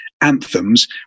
Anthems